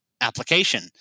application